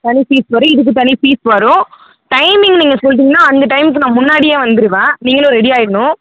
தனி ஃபீஸ் வரும் இதுக்கு தனி ஃபீஸ் வரும் டைமிங் நீங்கள் சொல்லிட்டிங்கனா அந்த டைம்க்கு நான் முன்னாடியே வந்துருவேன் நீங்களும் ரெடியாயிரணும்